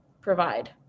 provide